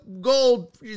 gold